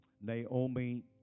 Naomi